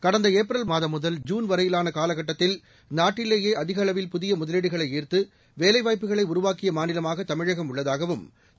கடந்த ஏப்ரல் மாதம் முதல் ஜூன் வரையிலான காலகட்டத்தில் நாட்டிலேயே அதிக அளவில் புதிய முதலீடுகளை ஈர்த்து வேலைவாய்ப்புகளை உருவாக்கிய மாநிலமாக தமிழகம் உள்ளதாகவும் திரு